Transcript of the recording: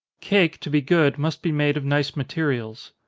cake, to be good, must be made of nice materials.